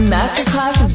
Masterclass